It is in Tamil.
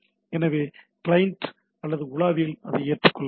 எனவே கிளையன்ட் அல்லது உலாவியில் அதை ஏற்றுக்கொள்ள முடியும்